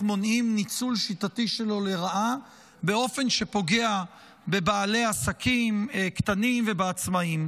מונעים ניצול שיטתי שלו לרעה באופן שפוגע בבעלי עסקים קטנים ובעצמאים,